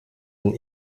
den